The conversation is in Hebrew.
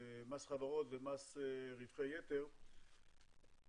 מס חברות ומס רווחי יתר והבנו